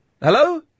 Hello